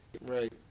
Right